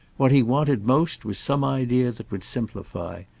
what he wanted most was some idea that would simplify,